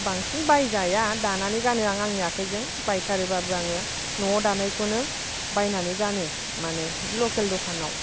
बांसिन बायजाया दानानै गानो आं आंनि आखायजों बायथारोबाबो आङो न'आव दानायखौनो बायनानै गानो माने लकेल दखानाव